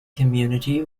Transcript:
community